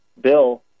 bill